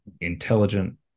intelligent